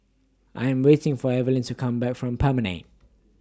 I Am waiting For Evelin to Come Back from Promenade